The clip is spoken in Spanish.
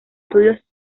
estudios